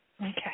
Okay